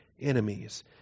enemies